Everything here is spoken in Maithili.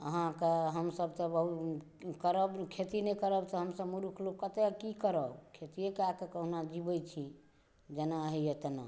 अहाँकेॅं हमसब तऽ बहुत करब खेती नहि करब तऽ हमसब मुरूख लोक कतऽ की करब खेतिये कए कऽ कहुना जीबै छी जेना होइया तेना